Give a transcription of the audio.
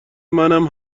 منم